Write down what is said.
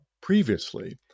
previously